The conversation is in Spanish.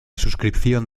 suscripción